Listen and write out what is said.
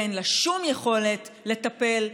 ואין לה שום יכולת לטפל,